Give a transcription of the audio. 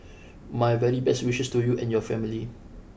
my very best wishes to you and your family